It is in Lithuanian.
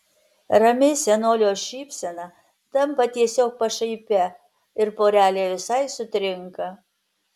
rami senolio šypsena tampa tiesiog pašaipia ir porelė visai sutrinka